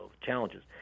challenges